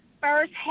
first